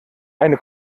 eine